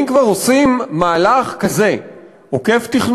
אם כבר עושים מהלך כזה עוקף-תכנון,